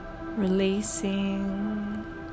releasing